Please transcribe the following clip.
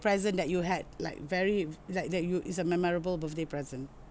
present that you had like very it's li~ like you is a memorable birthday present